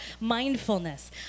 mindfulness